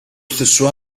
stesso